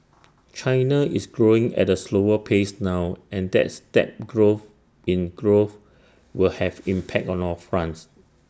China is growing at A slower pace now and that step growth in growth will have impact on all fronts